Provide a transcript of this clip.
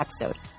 episode